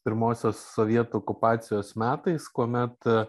pirmosios sovietų okupacijos metais kuomet